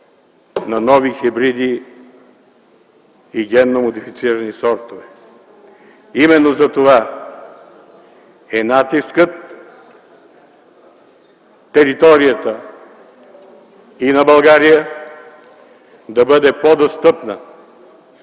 на нови хибриди и генно модифицирани сортове. Именно затова е натискът територията и на България да бъде по-достъпна